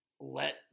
Let